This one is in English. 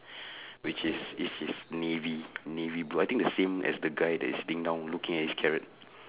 which is is is navy navy blue I think the same as the guy that is sitting down looking at his carrot